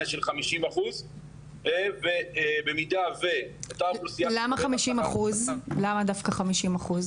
של 50%. למה דווקא 50%?